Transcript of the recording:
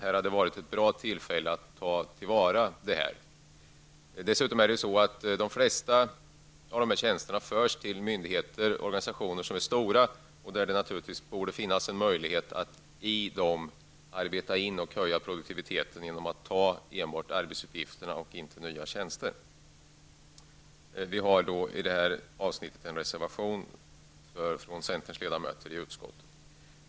Det hade varit ett bra tillfälle att här ta till vara denna möjlighet till rationalisering. Dessutom är det så att de flesta av dessa tjänster förs till stora myndigheter och organisationer. Det borde naturligtvis ha funnits en möjlighet att rationalisera verksamheten och höja produktiviteten genom att enbart ta över arbetsuppgifterna och inte skapa nya tjänster. Centerns ledamöter i utskottet har till detta avsnitt av betänkandet fogat en reservation.